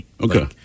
Okay